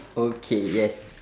okay yes